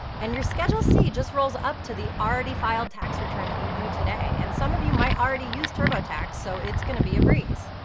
and your schedule c just rolls up to the already filed tax return that you do today, and some of you might already use turbotax, so it's gonna be a breeze.